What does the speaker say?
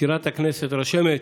מזכירת הכנסת, רשמת,